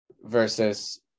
versus